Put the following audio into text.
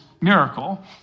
miracle